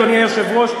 אדוני היושב-ראש,